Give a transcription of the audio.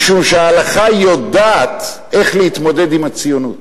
משום שההלכה יודעת איך להתמודד עם הציונות.